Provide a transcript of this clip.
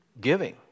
Giving